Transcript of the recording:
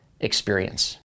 experience